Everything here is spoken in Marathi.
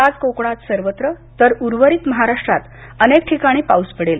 आज कोकणात सर्वत्र तर उर्वरित महाराष्ट्रात अनेक ठिकाणी पाऊस पडेल